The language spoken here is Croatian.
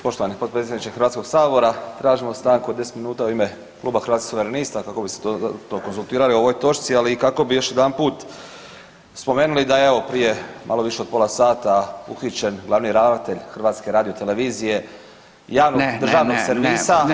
Poštovani potpredsjedniče HS-a, tražimo stanku od 10 minuta u ime Kluba Hrvatskih suverenista kako bi se dodatno konzultirali o ovoj točci, ali i kako bi još jedanput spomenuli da je evo prije malo više od pola sata uhićen glavni ravnatelj HRT-a, javnog državnog servisa